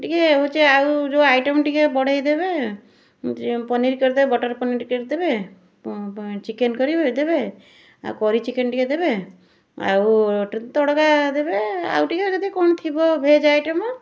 ଟିକିଏ ହେଉଛି ଆଉ ଯେଉଁ ଆଇଟମ୍ ଟିକିଏ ବଢ଼େଇ ଦେବେ ଯେ ପନିର କରିଦେବେ ବଟର ପନିର କରିଦେବେ ଚିକେନ୍ କରିବେ ଦେବେ ଆଉ କରି ଚିକେନ୍ ଟିକିଏ ଦେବେ ଆଉ ତଡ଼କା ଦେବେ ଆଉ ଟିକିଏ ଯଦି କ'ଣ ଥିବ ଭେଜ୍ ଆଇଟମ୍